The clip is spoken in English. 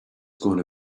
gonna